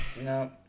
No